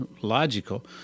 logical